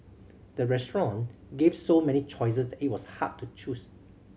the restaurant gave so many choices that it was hard to choose